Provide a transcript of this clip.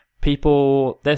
people